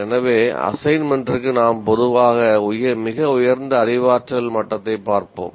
எனவே அசைன்மென்ட்டிற்கு நாம் பொதுவாக மிக உயர்ந்த அறிவாற்றல் மட்டத்தைப் பார்ப்போம்